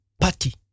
party